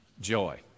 joy